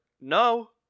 no